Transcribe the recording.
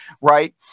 Right